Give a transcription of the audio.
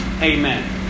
Amen